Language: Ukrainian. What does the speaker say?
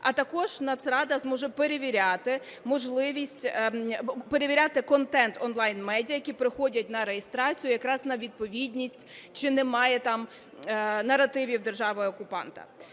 А також Нацрада зможе перевіряти можливість, перевіряти контент онлайн-медіа, які приходять на реєстрацію якраз на відповідність, чи немає там наративів держави-окупанта.